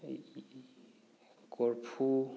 ꯑꯗꯒꯤ ꯀꯣꯔꯐꯨ